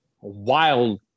wild